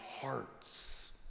hearts